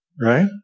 right